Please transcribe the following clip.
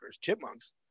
chipmunks